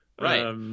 Right